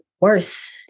worse